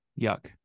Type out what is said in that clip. Yuck